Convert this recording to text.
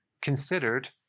considered